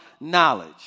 knowledge